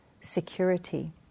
security